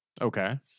Okay